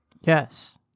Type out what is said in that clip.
Yes